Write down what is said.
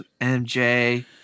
MJ –